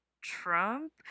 Trump